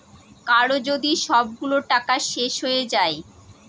কারো যদি সবগুলো টাকা শেষ হয়ে যায়